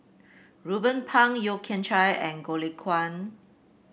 Ruben Pang Yeo Kian Chai and Goh Lay Kuan